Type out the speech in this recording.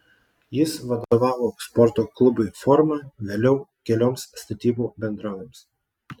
jis vadovavo sporto klubui forma vėliau kelioms statybų bendrovėms